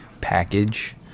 package